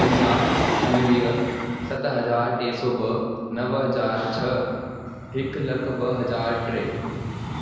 पंजाह उणवीह सत हज़ार टे सौ ॿ नव हज़ार छह हिकु लख ॿ हज़ार टे